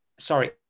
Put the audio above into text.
sorry